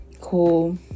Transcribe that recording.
cool